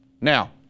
Now